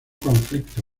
conflicto